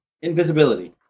Invisibility